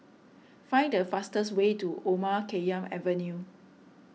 find the fastest way to Omar Khayyam Avenue